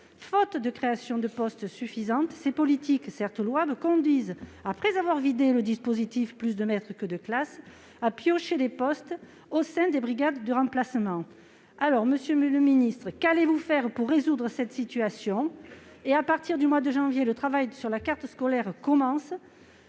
Faute de créations de postes suffisantes, ces politiques, certes louables, conduisent, après avoir vidé le dispositif « Plus de maîtres que de classes », à piocher au sein des brigades de remplacement. Monsieur le ministre, qu'allez-vous faire pour résoudre ce problème ? En janvier, le travail sur la carte scolaire commencera.